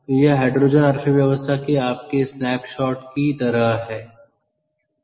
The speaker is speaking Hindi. तो यह हाइड्रोजन अर्थव्यवस्था के आपके स्नैप शॉट की तरह है